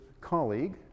colleague